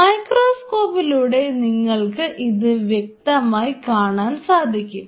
മൈക്രോസ്കോപ്പിലൂടെ നിങ്ങൾക്ക് ഇത് വ്യക്തമായി കാണാൻ സാധിക്കും